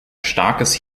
starkes